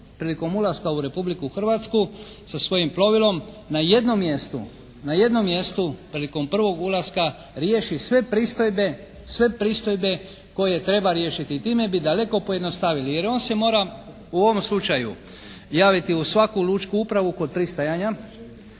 prilikom ulaska u Republiku Hrvatsku sa svojim plovilom na jednom mjestu prilikom prvog ulaska riješi sve pristojbe koje treba riješiti i time bi daleko pojednostavili. Jer on se mora u ovom slučaju javiti u svaku lučku upravu kod pristajanja,